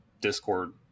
Discord